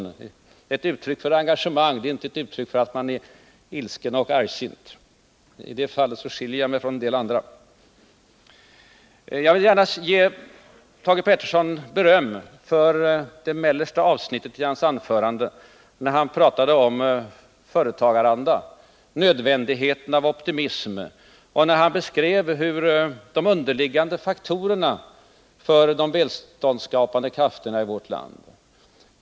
Det är ett uttryck för engagemang — inte ett uttryck för att man är ilsken och argsint. I det fallet skiljer jag mig ifrån en del andra. Jag vill gärna ge Thage Peterson beröm för det mellersta avsnittet av hans anförande, när han pratade om företagaranda och nödvändigheten av optimism, och när han beskrev de underliggande faktorerna för de välståndsskapande krafterna i vårt land.